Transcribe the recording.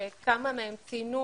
אני רק אציין שכמה מהם ציינו